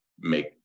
make